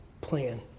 plan